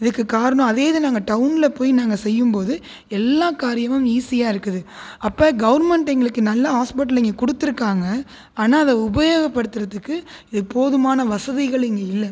இதுக்கு காரணம் அதே இது நாங்கள் டௌனில் போய் நாங்கள் செய்யும் போது எல்லா காரியமும் ஈஸியாக இருக்குது அப்போ கோவர்ன்மெண்ட் எங்களுக்கு நல்ல ஹாஸ்பிடல் இங்கே கொடுத்துருக்காங்க ஆனால் அதை உபயோக படுத்தறதுக்கு இது போதுமான வசதிகள் இங்கே இல்லை